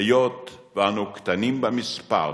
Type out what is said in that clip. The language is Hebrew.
היות שאנו קטנים במספר,